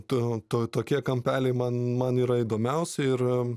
to to tokie kampeliai man man yra įdomiausi ir